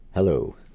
Hello